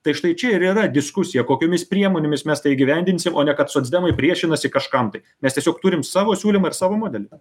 tai štai čia ir yra diskusija kokiomis priemonėmis mes tai įgyvendinsim o ne kad socdemai priešinasi kažkam tai mes tiesiog turim savo siūlymą ir savo modelį